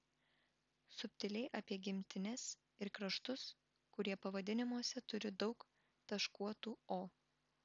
subtiliai apie gimtines ir kraštus kurie pavadinimuose turi daug taškuotų o